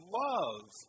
love